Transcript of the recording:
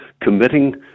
committing